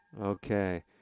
Okay